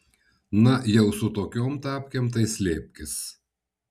na jau su tokiom tapkėm tai slėpkis